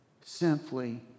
Simply